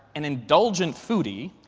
an indulgent foodie,